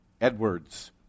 Edwards